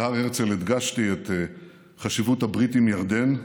בהר הרצל הדגשתי את חשיבות הברית עם ירדן,